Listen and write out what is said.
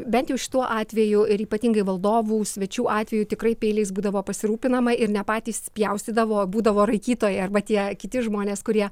bent jau šituo atveju ir ypatingai valdovų svečių atveju tikrai peiliais būdavo pasirūpinama ir ne patys pjaustydavo būdavo raikytojai arba tie kiti žmonės kurie